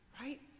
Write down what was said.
right